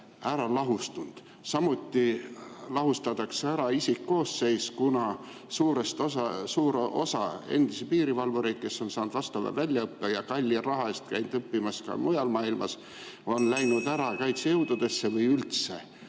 ära lahustunud. Samuti lahustatakse ära isikkoosseis, kuna suur osa endisi piirivalvureid, kes on saanud vastava väljaõppe ja kalli raha eest käinud õppimas ka mujal maailmas, on läinud ära kaitsejõududesse või üldse